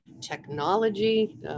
technology